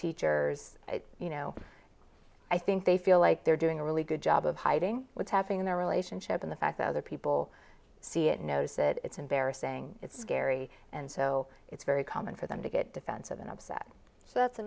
teachers you know i think they feel like they're doing a really good job of hiding what's happening in their relationship in the fact that other people see it knows that it's embarrassing it's scary and so it's very common for them to get defensive and upset so that's a